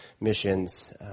missions